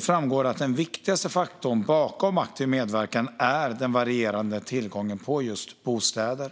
framgår att den viktigaste faktorn bakom aktiv medverkan är den varierande tillgången på bostäder.